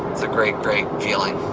it's a great, great feeling.